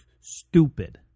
stupid